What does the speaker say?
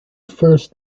first